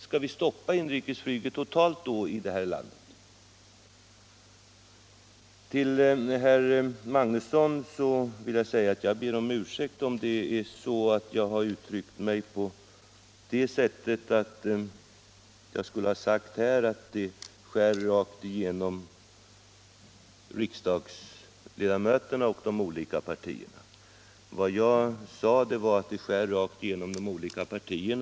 Skall vi stoppa inrikesflyget totalt då här i landet? Jag ber om ursäkt, herr Magnusson i Kristinehamn, om jag uttryckte mig så att frågan om nedläggningen av Bromma flygplats skär rakt igenom alla partier. Vad jag avsåg att säga var att den skär rakt igenom de olika partierna.